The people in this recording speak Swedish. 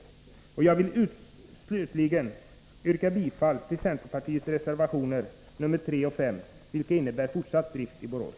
Fru talman! Jag vill slutligen yrka bifall till centerpartiets reservationer, nr 3 och 5, som innebär fortsatt drift i Borås.